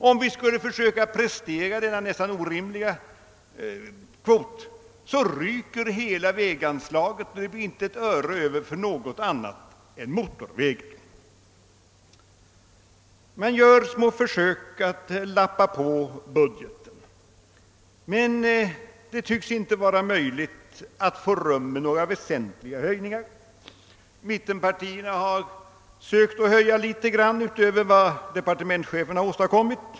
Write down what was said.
Om vi skulle försöka att prestera denna nästan orimliga kvot, ryker hela väganslaget och det blir inte ett öre över till något annat än motor Man gör små försök att lappa på budgeten men det tycks inte vara möjligt att få rum med några väsentliga höjningar. Mittenpartierna har sökt höja litet utöver var departementschefen har åstadkommit.